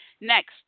Next